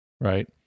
Right